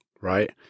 right